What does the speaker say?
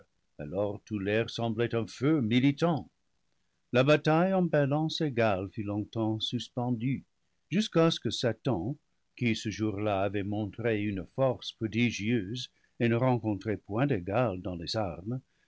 alors tout l'air semblait un feu militant la bataille en balance égale fut longtemps suspendue jusqu'à ce que satan qui ce jour-là avait montré une force prodigieuse et ne rencontrait point d'égal dans les armes